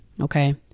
Okay